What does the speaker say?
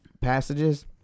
passages